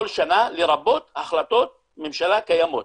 כל שנה לרבות החלטות ממשלה קיימות.